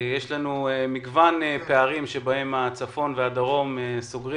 יש מגוון פערים שבהם הצפון והדרום סוגרים